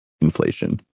inflation